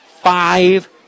Five